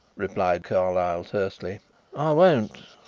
replied carlyle tersely i won't.